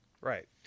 Right